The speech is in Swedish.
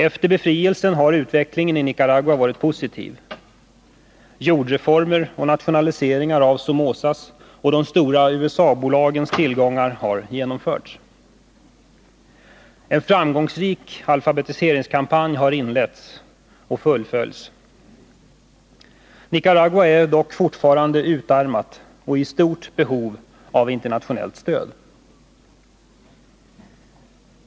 Efter befrielsen har utvecklingen i Nicaragua varit positiv. Jordreformer och nationaliseringar av Somozas och de stora USA-bolagens tillgångar har genomförts. En framgångsrik alfabetiseringskampanj har inletts och fullföljts. Nicaragua är dock fortfarande utarmat och i stort behov av internationellt stöd.